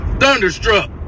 Thunderstruck